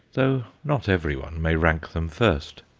though not everyone may rank them first.